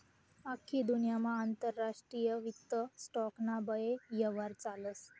आख्खी दुन्यामा आंतरराष्ट्रीय वित्त स्टॉक ना बये यव्हार चालस